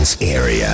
area